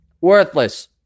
Worthless